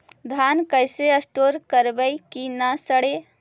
धान कैसे स्टोर करवई कि न सड़ै?